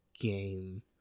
game